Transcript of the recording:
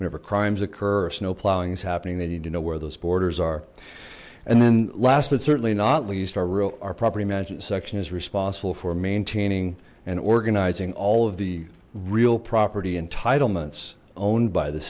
whenever crimes occur no plowing is happening they need to know where those borders are and then last but certainly not least our rule our property management section is responsible for maintaining and organizing all of the real property entitlements owned by the